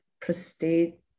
prostate